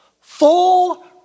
full